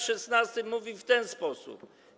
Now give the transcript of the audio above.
16 mówi w ten sposób: